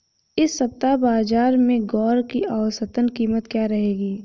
इस सप्ताह बाज़ार में ग्वार की औसतन कीमत क्या रहेगी?